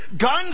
Guns